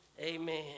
Amen